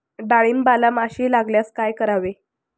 डाळींबाला माशी लागल्यास काय करावे?